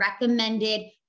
recommended